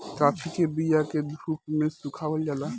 काफी के बिया के धूप में सुखावल जाला